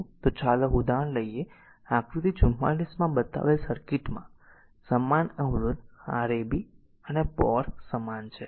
તેથી ચાલો ઉદાહરણ લઈએ તેથી આકૃતિ 44માં બતાવેલ સર્કિટમાં સમાન અવરોધ Rab અને por સમાન છે